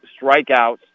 strikeouts